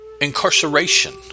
incarceration